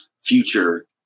future